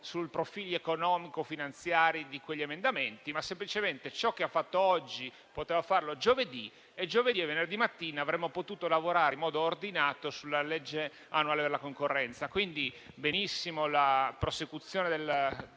sui profili economico-finanziari di quegli emendamenti, ma semplicemente ciò che ha fatto oggi poteva farlo giovedì scorso e giovedì e venerdì mattina avremmo potuto lavorare in modo ordinato sul disegno di legge annuale per la concorrenza.